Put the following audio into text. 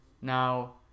Now